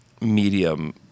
medium